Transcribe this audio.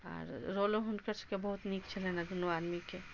आर रोलो हुनकर सबके बहुत नीक छलनि दुनू आदमीके